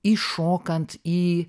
įšokant į